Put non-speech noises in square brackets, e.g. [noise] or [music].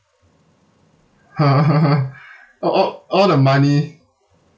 [laughs] all all all the money